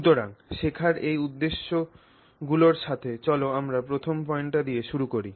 সুতরাং শেখার এই উদ্দেশ্যগুলির সাথে চল আমরা প্রথম পয়েন্টটি দিয়ে শুরু করি